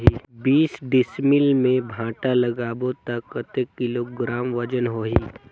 बीस डिसमिल मे भांटा लगाबो ता कतेक किलोग्राम वजन होही?